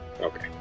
Okay